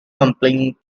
complained